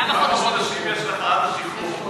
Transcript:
כמה חודשים יש לך עד השחרור?